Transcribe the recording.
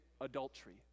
adultery